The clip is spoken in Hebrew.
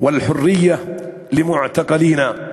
ורפואה מהירה לפצועים שלנו וחופש לעצירים שלנו).